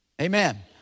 Amen